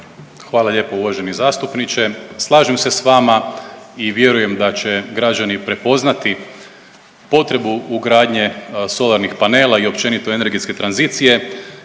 Hvala lijepo uvaženi zastupniče. Slažem se s vama i vjerujem da će građani prepoznati potrebu ugradnje solarnih panela i općenito energetske tranzicije.